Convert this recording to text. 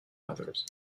others